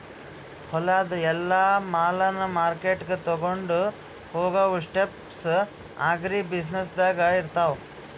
ಹೊಲದು ಎಲ್ಲಾ ಮಾಲನ್ನ ಮಾರ್ಕೆಟ್ಗ್ ತೊಗೊಂಡು ಹೋಗಾವು ಸ್ಟೆಪ್ಸ್ ಅಗ್ರಿ ಬ್ಯುಸಿನೆಸ್ದಾಗ್ ಇರ್ತಾವ